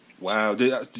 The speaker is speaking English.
Wow